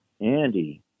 Andy